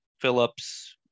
Phillips